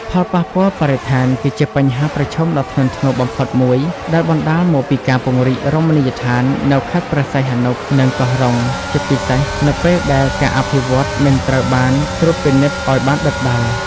ផលប៉ះពាល់បរិស្ថាន គឺជាបញ្ហាប្រឈមដ៏ធ្ងន់ធ្ងរបំផុតមួយ ដែលបណ្ដាលមកពីការពង្រីករមណីយដ្ឋាននៅខេត្តព្រះសីហនុ និងកោះរ៉ុង ជាពិសេសនៅពេលដែលការអភិវឌ្ឍមិនត្រូវបានត្រួតពិនិត្យឲ្យបានដិតដល់។